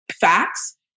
facts